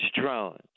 drones